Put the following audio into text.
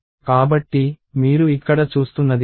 కాబట్టి మీరు ఇక్కడ చూస్తున్నది అదే